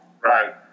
Right